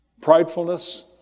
Pridefulness